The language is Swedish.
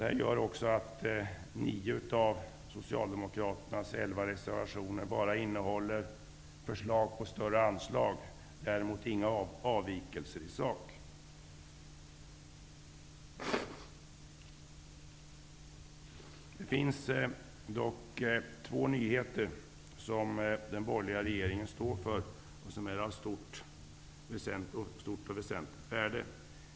Detta gör att nio av Socialdemokraternas elva reservationer bara innehåller förslag till större anslag. De innehåller däremot inga avvikelser i sak. Det finns dock två nyheter som den borgerliga regeringen presenterar. De är av stort och väsentligt värde.